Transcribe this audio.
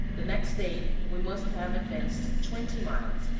the next day we must have advanced twenty miles,